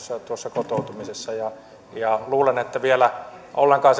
kotoutumisessa luulen että vielä ollenkaan